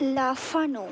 লাফানো